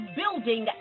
building